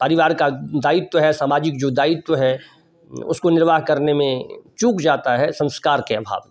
परिवार का दायित्व है सामाजिक जो दायित्व है उसको निर्वाह करने में चूक जाता है संस्कार के अभाव में